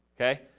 okay